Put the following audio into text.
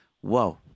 Whoa